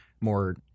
more